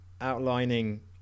outlining